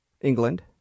England